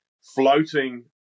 floating